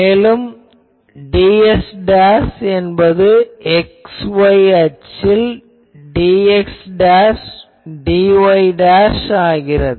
மேலும் ds என்பது x y அச்சில் dxdy ஆகிறது